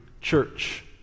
church